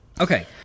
Okay